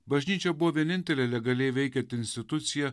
bažnyčia buvo vienintelė legaliai veikianti institucija